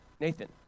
Nathan